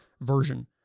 version